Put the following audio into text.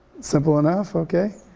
simple enough, okay?